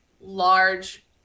large